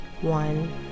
One